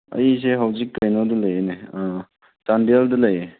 ꯑꯩꯁꯦ ꯍꯧꯖꯤꯛ ꯀꯩꯅꯣꯗ ꯂꯩꯅꯦ ꯆꯥꯟꯗꯦꯜꯗ ꯂꯩ